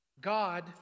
God